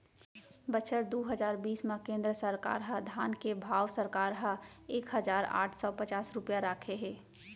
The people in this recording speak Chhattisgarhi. बछर दू हजार बीस म केंद्र सरकार ह धान के भाव सरकार ह एक हजार आठ सव पचास रूपिया राखे हे